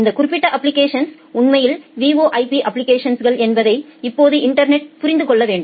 இந்த குறிப்பிட்ட அப்ப்ளிகேஷன்ஸ் உண்மையில் VoIP அப்ப்ளிகேஷன்ஸ் என்பதை இப்போது இன்டர்நெட் புரிந்து கொள்ள வேண்டும்